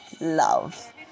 love